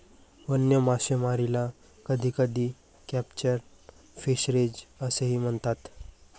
वन्य मासेमारीला कधीकधी कॅप्चर फिशरीज असेही म्हणतात